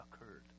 occurred